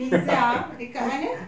pizza dekat mana